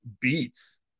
beats